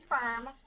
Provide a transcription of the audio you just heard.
firm